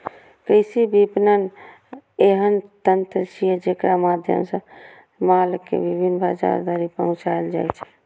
कृषि विपणन एहन तंत्र छियै, जेकरा माध्यम सं माल कें विभिन्न बाजार धरि पहुंचाएल जाइ छै